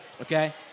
Okay